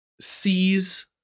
sees